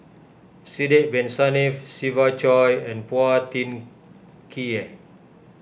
Sidek Bin Saniff Siva Choy and Phua Thin Kiay